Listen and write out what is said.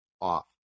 off